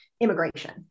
immigration